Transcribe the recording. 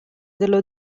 dello